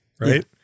right